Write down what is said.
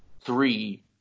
three